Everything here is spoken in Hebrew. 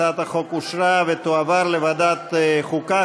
הצעת החוק התקבלה ותועבר לוועדת החוקה,